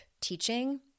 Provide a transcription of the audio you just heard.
teaching